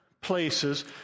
places